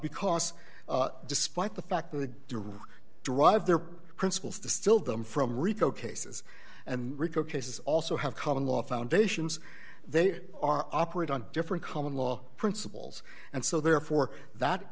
because despite the fact that the direct drive their principles distilled them from rico cases and rico cases also have common law foundations they are operate on different common law principles and so therefore that